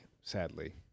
sadly